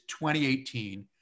2018